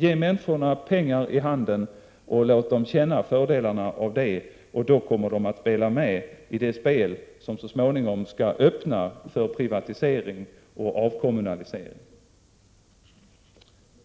Ge människorna pengar i handen och låt dem känna fördelarna av det, och de kommer också att spela med i det spel som så småningom skall öppna för privatisering och avkommunalisering!